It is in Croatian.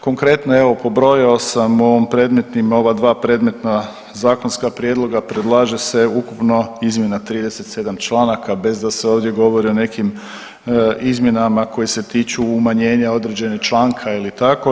Konkretno evo pobrojao sam u ova dva predmetna zakonska prijedloga predlaže se ukupno izmjena 37 članaka bez da se ovdje govori o nekim izmjenama koja se tiču umanjenja određenog članka i tako.